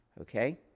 okay